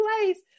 place